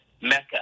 Mecca